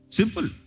Simple